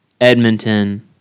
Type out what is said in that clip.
Edmonton